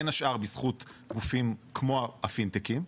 הפינטקים.